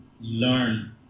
learn